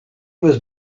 was